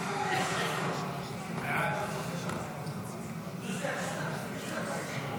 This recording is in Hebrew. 45 בעד, 54 נגד.